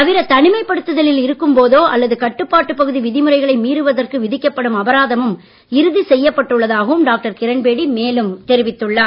தவிர தனிமைப் படுத்தலில் இருக்கும் போதோ அல்லது கட்டுப்பாட்டு பகுதி விதிமுறைகளை மீறுவதற்கு விதிக்கப்படும் அபராதமும் இறுதி செய்யப்பட்டுள்ளதாகவும் அவர் மேலும் தெரிவித்துள்ளார்